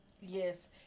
yes